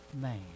man